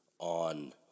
on